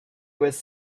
was